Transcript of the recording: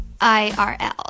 IRL